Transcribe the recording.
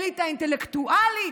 אליטה אינטלקטואלית,